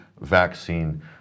vaccine